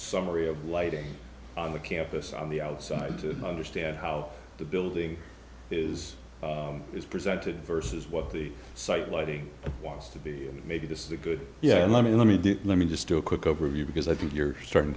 summary of lighting on the campus on the outside to understand how the building is is presented versus what the site lighting was to be maybe this is a good yeah let me let me do let me just do a quick overview because i think you're starting